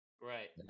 right